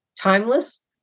timeless